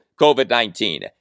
COVID-19